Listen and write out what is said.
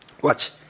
Watch